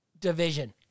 division